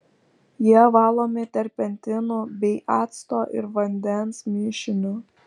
jie valomi terpentinu bei acto ir vandens mišiniu